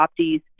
adoptees